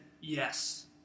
Yes